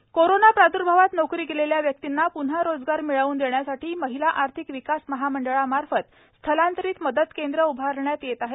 Yashomati Thakur corona प्राद्भावात नोकरी गेलेल्या व्यक्तींना पुन्हा रोजगार मिळवून देण्यासाठी महिला आर्थिक विकास महामंडळामार्फत स्थलांतरित मदत केंद्र उभारण्यात येत आहेत